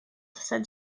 said